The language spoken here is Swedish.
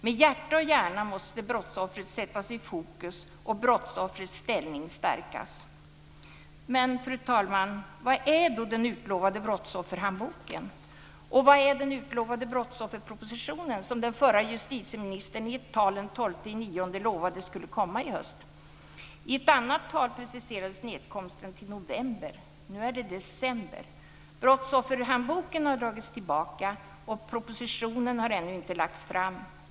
Med hjärta och hjärna måste brottsoffret sättas i fokus och brottsoffrets ställning stärkas. Men, fru talman, var är den utlovade brottsofferhandboken, och var är den utlovade brottsofferpropositionen, som den förra justitieministern i ett tal den 12 september lovade skulle komma i höst? I ett annat tal preciserades nedkomsten till november. Nu är det december. Brottsofferhandboken har dragits tillbaka, och propositionen har ännu inte lagts fram.